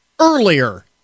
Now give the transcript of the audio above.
Earlier